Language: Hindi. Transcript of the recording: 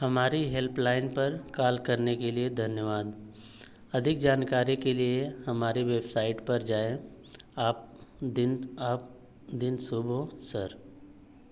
हमारी हेल्पलाइन पर कॉल करने के लिए धन्यवाद अधिक जानकारी के लिए हमारी वेबसाइट पर जाएँ आप दिन आपका दिन शुभ हो सर